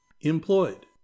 employed